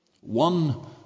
One